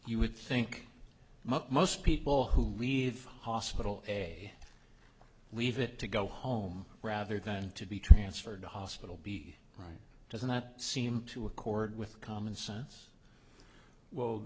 you would think most people who leave hospital a leave it to go home rather than to be transferred to hospital b right doesn't that seem to accord with common sense well